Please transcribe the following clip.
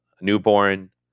newborn